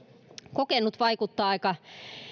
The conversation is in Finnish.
kokenut vaikuttaa aika